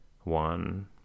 one